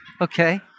okay